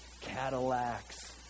Cadillacs